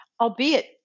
albeit